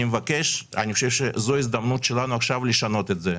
אני חושב שזו ההזדמנות שלנו עכשיו לשנות את זה.